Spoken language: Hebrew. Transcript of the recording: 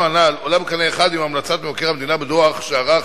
הנ"ל עולה בקנה אחד עם המלצת מבקר המדינה בדוח שערך